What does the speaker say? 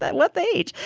but what age?